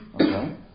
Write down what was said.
Okay